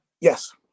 Yes